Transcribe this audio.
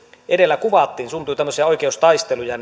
edellä kuvattiin tämmöisiä oikeustaisteluja